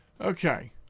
Okay